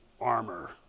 armor